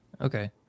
okay